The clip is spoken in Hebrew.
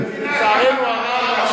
לצערנו הרב,